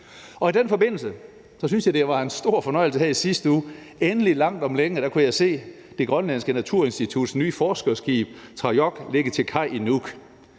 I den forbindelse synes jeg, det var en stor fornøjelse her i sidste uge, at jeg endelig langt om længe kunne se Grønlands Naturinstituts nye forskningsskib »Tarajoq« lægge til kaj i Nuuk.